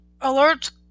Alerts